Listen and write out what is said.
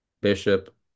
Bishop